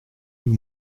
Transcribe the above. vous